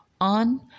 on